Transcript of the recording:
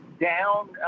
down